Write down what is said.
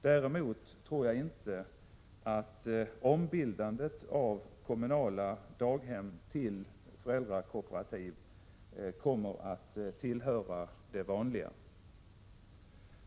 Däremot tror jag inte att ombildandet av kommunala daghem till föräldrakooperativ kommer att tillhöra det vanliga.